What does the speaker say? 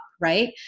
right